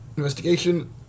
Investigation